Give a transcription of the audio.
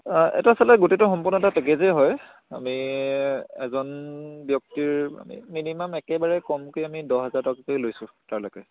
এটা চালে গোটেইটো সম্পূৰ্ণ এটা পেকেজেই হয় আমি এজন ব্যক্তিৰ আমি মিনিমাম একেবাৰে কমকৈ আমি দহ হোজাৰ টকাকৈ লৈছোঁ তালৈকে